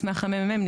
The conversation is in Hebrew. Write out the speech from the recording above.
מסמך הממ"מ,